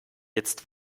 jetzt